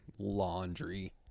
Laundry